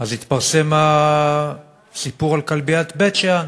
אז התפרסם הסיפור על כלביית בית-שאן,